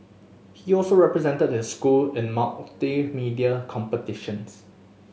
he also represented his school in multimedia competitions